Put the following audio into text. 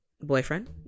boyfriend